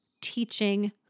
teaching